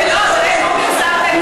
איפה פורסם?